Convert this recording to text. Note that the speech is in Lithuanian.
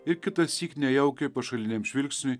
ir kitąsyk nejaukiai pašaliniam žvilgsniui